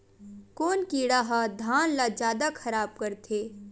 कोन कीड़ा ह धान ल जादा खराब करथे?